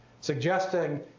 Suggesting